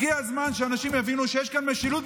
הגיע הזמן שאנשים יבינו שיש כאן משילות,